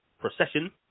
Procession